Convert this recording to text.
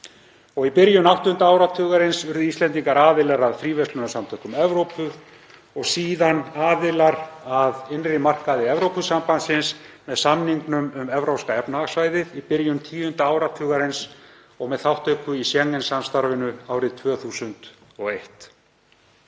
Í byrjun áttunda áratugarins urðu Íslendingar aðilar að Fríverslunarsamtökum Evrópu og síðan aðilar að innri markaði Evrópusambandsins með samningnum um Evrópska efnahagssvæðið í byrjun tíunda áratugarins og með þátttöku í Schengen-samstarfinu árið 2001.